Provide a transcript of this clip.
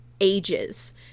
ages